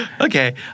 Okay